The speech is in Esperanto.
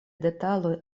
detaloj